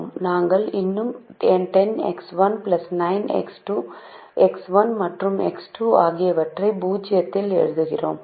நாங்கள் இன்னும் 10X1 9X2 X1 மற்றும் X2 ஆகியவற்றை பூஜ்ஜியத்தில் எழுதுகிறோம்